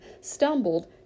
stumbled